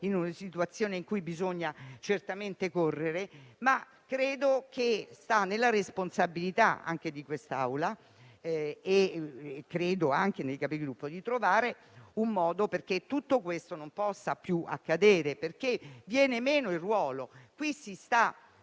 in una situazione in cui bisogna certamente correre, ma credo che stia nella responsabilità di quest'Assemblea, e anche dei Capigruppo, trovare un modo perché tutto questo non possa più accadere, perché viene meno il ruolo: qui si sta